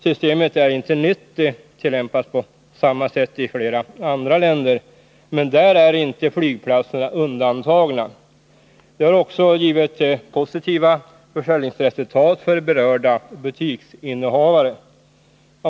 Systemet är inte nytt, det tillämpas på samma sätt i flera andra länder, men där är inte flygplatserna undantagna. Det har också givit positiva försäljningsresultat för berörda butiksinnehavare.